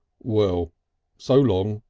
well so long,